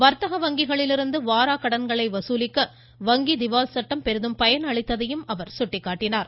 வர்த்தக வங்கிகளிலிருந்து வாராக்கடன்களை வசூலிக்க வங்கி திவால் சட்டம் பெரிதும் பயனளித்ததையும் அவர் சுட்டிக்காட்டினார்